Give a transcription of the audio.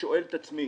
ושואל את עצמי